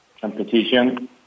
competition